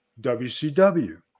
WCW